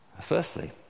Firstly